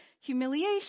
humiliation